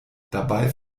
dabei